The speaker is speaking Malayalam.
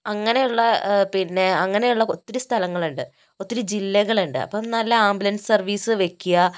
അങ്ങനെയുള്ള പിന്നെ അങ്ങനെയുള്ള ഒത്തിരി സ്ഥലങ്ങള് ഉണ്ട് ഒത്തിരി ജില്ലകള് ഉണ്ട് അപ്പോ നല്ല ആംബുലന്സ് സര്വീസ് വയ്ക്കുക